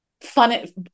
Funny